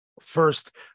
first